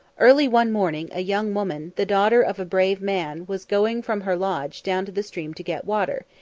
early one morning a young woman, the daughter of a brave man, was going from her lodge down to the stream to get water,